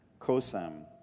Kosam